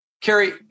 Carrie